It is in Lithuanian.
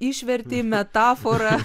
išvertei metaforą